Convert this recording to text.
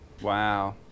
Wow